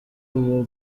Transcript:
uwo